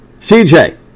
CJ